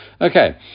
Okay